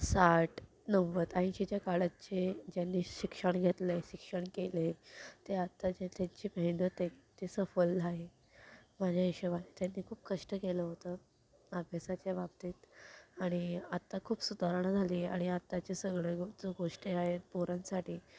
साठ नव्वद ऐंशीच्या काळात जे ज्यांनी शिक्षण घेतलं आहे शिक्षण केलं आहे ते आत्ता जे त्यांची मेहनत आहे ती सफल झाली माझ्या हिशोबानी त्यांनी खूप कष्ट केलं होतं अभ्यासाच्या बाबतीत आणि आत्ता खूप सुधारणा झाली आहे आणि आत्ता जे सगळया जो गोष्टी आहेत पोरांसाठी